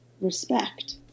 respect